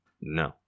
no